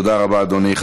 תודה רבה, אדוני.